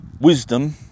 wisdom